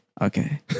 Okay